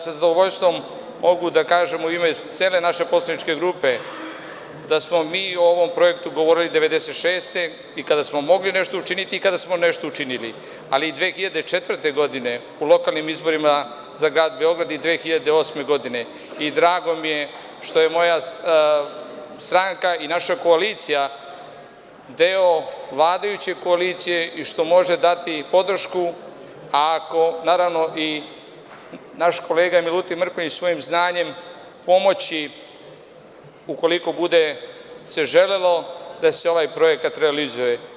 Sa zadovoljstvom mogu da kažem u ime cele naše poslaničke grupe da smo mi o ovom projektu govorili 1996. godine i kada smo mogli nešto učiniti i kada smo nešto učinili, ali 2004. godine u lokalnim izborima za Grad Beograd i 2008. godine i drago mi je što je moja stranka i naša koalicija deo vladajuće koalicije i što može dati podršku, a može nam pomoći i naš kolega Milutin Mrkonjić, svojim znanjem, ukoliko se bude želelo da se ovaj projekat realizuje.